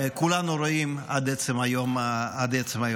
כולנו רואים עד עצם היום הזה.